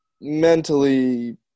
mentally